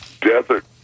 Desert